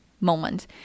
moment